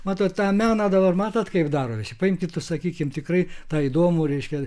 matot tą meną dabar matot kaip daro visi paimkit sakykim tikrai tą įdomų reiškia